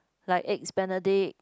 like Eggs Benedict